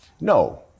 No